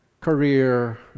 career